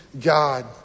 God